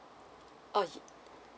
ah